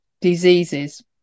diseases